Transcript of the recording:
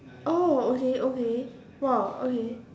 oh okay okay !wow! okay